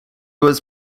was